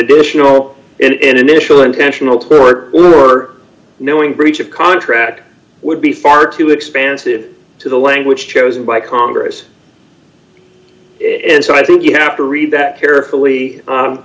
additional and initial intentional court order knowing breach of contract would be far too expansive to the language chosen by congress and so i think you have to read that carefully